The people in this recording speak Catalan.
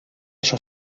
això